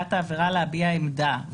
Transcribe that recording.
לנפגעת העבירה להביע עמדה,